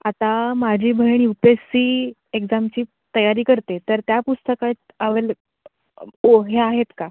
आता माझी बहीण यू पी एस सी एक्झामची तयारी करते आहे तर त्या पुस्तकात आवले ओ हे आहेत का